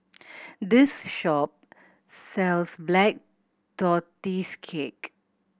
this shop sells Black Tortoise Cake